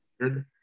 weird